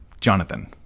Jonathan